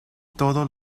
todo